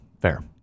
Fair